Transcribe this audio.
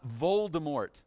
Voldemort